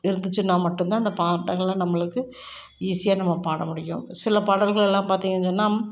இருந்துச்சுன்னால் மட்டுந்தான் அந்த பாட்டெல்லாம் நம்மளுக்கு ஈஸியாக நம்ம பாட முடியும் சில பாடல்கள் எல்லாம் பார்த்திங்கன்னு சொன்னால்